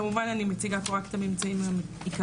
כמובן אני מציגה פה רק את הממצאים העיקריים.